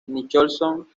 nicholson